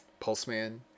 Pulseman